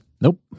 nope